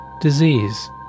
disease